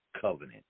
covenant